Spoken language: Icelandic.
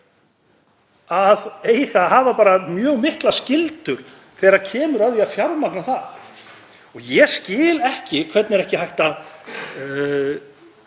að eiga að hafa mjög miklar skyldur þegar kemur að því að fjármagna það. Ég skil ekki hvernig er ekki hægt að